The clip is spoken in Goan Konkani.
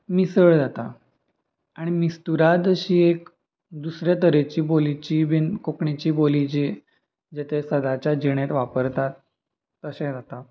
मिसळ जाता आनी मिस्तुराद अशी एक दुसऱ्या तरेची बोलीची बीन कोंकणीची बोली जी जे ते सदांच्या जिणेंत वापरतात तशें जाता